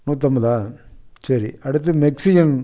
நூற்றம்பதா சரி அடுத்து மெக்சிகன்